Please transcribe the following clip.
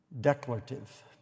declarative